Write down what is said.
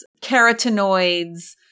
carotenoids